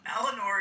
Eleanor